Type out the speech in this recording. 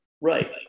Right